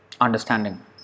understanding